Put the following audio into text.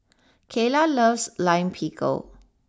Cayla loves Lime Pickle